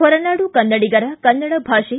ಹೊರನಾಡು ಕನ್ನಡಿಗರ ಕನ್ನಡ ಭಾ ೆ